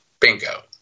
Bingo